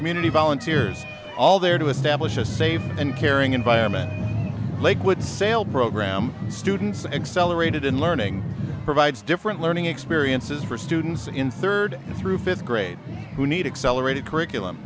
community all interiors all there to establish a safe and caring environment lakewood sale program students accelerated in learning provides different learning experiences for students in third through fifth grade who need accelerated curriculum